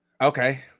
Okay